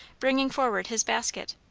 bringing forward his basket.